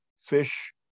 fish